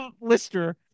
Lister